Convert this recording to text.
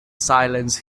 silence